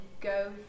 go